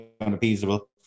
unappeasable